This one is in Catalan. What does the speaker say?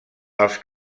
els